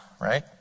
right